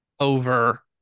over